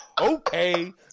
Okay